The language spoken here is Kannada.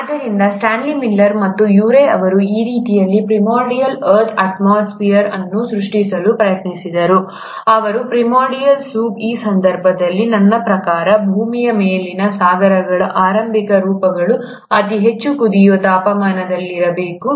ಆದ್ದರಿಂದ ಸ್ಟಾನ್ಲಿ ಮಿಲ್ಲರ್ ಮತ್ತು ಯುರೇ ಅವರು ಈ ರೀತಿಯ ಪ್ರಿಮೋರ್ಡಿಯಲ್ ಅರ್ಥ್ ಅಟ್ಮೋಸ್ಫಿಯರ್primordial earth's atmosphere ಅನ್ನು ಸೃಷ್ಟಿಸಲು ಪ್ರಯತ್ನಿಸಿದರು ಅಥವಾ ಪ್ರಿಮೋರ್ಡಿಯಲ್ ಸೂಪ್ ಈ ಸಂದರ್ಭದಲ್ಲಿ ನನ್ನ ಪ್ರಕಾರ ಭೂಮಿಯ ಮೇಲಿನ ಸಾಗರಗಳ ಆರಂಭಿಕ ರೂಪಗಳು ಅತಿ ಹೆಚ್ಚು ಕುದಿಯುವ ತಾಪಮಾನದಲ್ಲಿರಬೇಕು